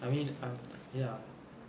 I mean err ya